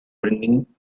bringing